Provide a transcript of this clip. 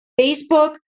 Facebook